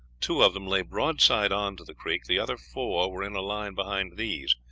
two of them lay broadside on to the creek, the other four were in a line behind these,